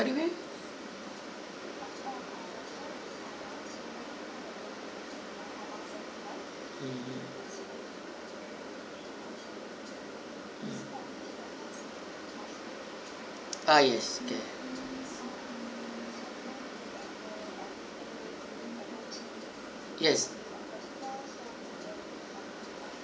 ~y the way mmhmm mm ah yes okay yes